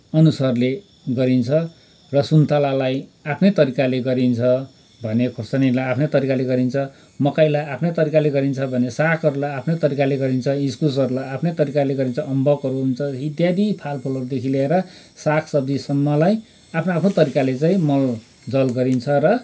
अनुसारले गरिन्छ र सुन्तलालाई आफ्नै तरिकाले गरिन्छ भने खोर्सानीलाई आफ्नै तरिकाले गरिन्छ मकैलाई आफ्नै तरिकाले गरिन्छ भने सागहरूलाई आफ्नै तरिकाले गरिन्छ इस्कुसहरूलाई आफ्नै तरिकाले गरिन्छ अम्बकहरू हुन्छ इत्यादि फलफुलहरूदेखि लिएर सागसब्जीसम्मलाई आफ्नो आफ्नो तरिकाले चाहिँ मलजल गरिन्छ र